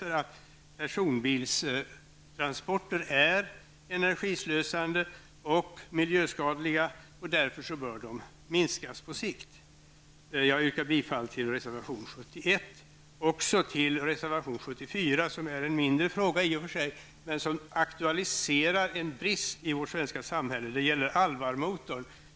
Personbilstransporter är energislösande och miljöskadliga och bör därför minskas på sikt. Jag yrkar bifall till reservation 71 och också till reservation 74, som gäller en mindre fråga, nämligen utveckling av Alvarmotorn, men som aktualiserar en brist i vårt samhälle.